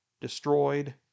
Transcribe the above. destroyed